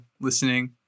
listening